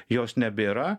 jos nebėra